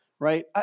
right